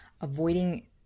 avoiding